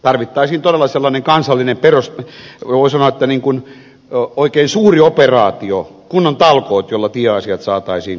tarvittaisiin todella sellainen kansallinen voi sanoa oikein suuri operaatio kunnon talkoot joilla tieasiat saataisiin kuntoon